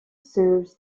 serves